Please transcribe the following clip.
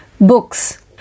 books